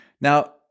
Now